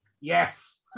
Yes